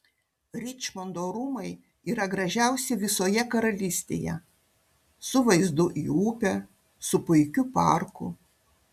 ričmondo rūmai yra gražiausi visoje karalystėje su vaizdu į upę su puikiu parku